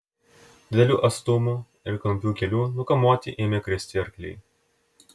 didelių atstumų ir klampių kelių nukamuoti ėmė kristi arkliai